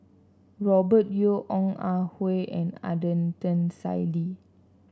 Robert Yeo Ong Ah Hoi and Adnan Saidi